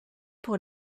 pour